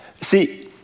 See